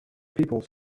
people